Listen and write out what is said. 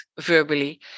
verbally